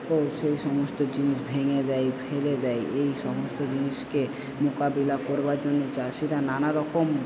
সেই সমস্ত জিনিস ভেঙে দেয় ফেলে দেয় এই সমস্ত জিনিসকে মোকাবিলা করবার জন্য চাষিরা নানারকম